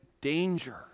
danger